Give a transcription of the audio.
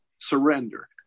surrender